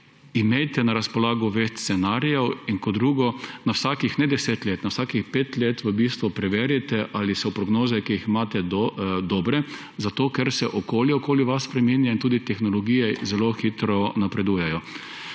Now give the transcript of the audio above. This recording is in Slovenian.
imejte na razpolago več scenarijev, in kot drugo, na vsakih ne deset let, na vsakih pet let v bistvu preverite, ali so prognoze, ki jih imate, dobre, zato ker se okolje okoli vas spreminja in tudi tehnologije zelo hitro napredujejo.